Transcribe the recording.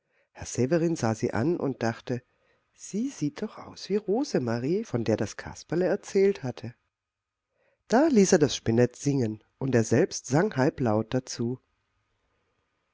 herr severin sah sie an und dachte sie sieht doch aus wie rosemarie von der das kasperle erzählt hatte da ließ er das spinett singen und er selbst sang halblaut dazu